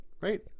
right